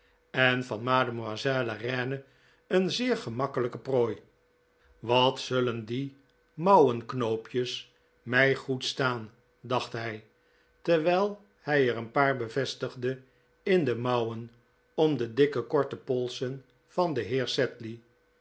en van mademoiselle reine een zeer gemakkelijke prooi wat zullen die mouwenknoopjes mij goed staan dacht hij terwijl hij er een paar bevestigde in de mouwen om de dikke korte polsen van den heer sedley